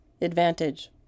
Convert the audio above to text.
advantage